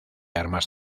armas